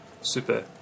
super